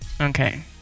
Okay